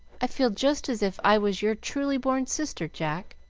i feel just as if i was your truly born sister, jack.